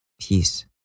Peace